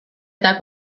eta